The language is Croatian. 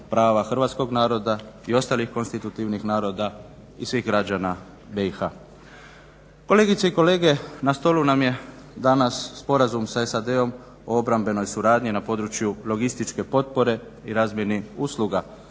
prava hrvatskog naroda i ostalih konstitutivnih naroda i svih građana BiH. Kolegice i kolega, na stolu nam je danas Sporazum sa SAD-om o obrambenoj suradnji na području logističke potpore i razmjeni usluga,